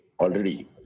already